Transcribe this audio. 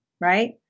right